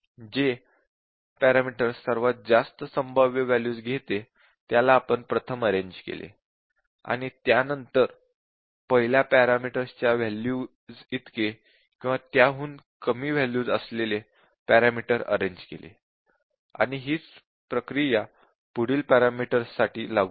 जे पॅरामीटर सर्वात जास्त संभाव्य वॅल्यूज घेते त्याला आपण प्रथम अरेन्ज केले आणि त्यानंतर पहिल्या पॅरामीटर च्या वॅल्यूज इतके किंवा त्याहून कमी वॅल्यूज असलेले पॅरामीटर अरेन्ज केले आणि हीच प्रक्रिया पुढील पॅरामीटर्स साठी लागू केली